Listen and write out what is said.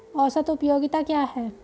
औसत उपयोगिता क्या है?